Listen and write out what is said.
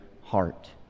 heart